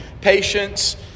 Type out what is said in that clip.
patience